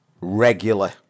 regular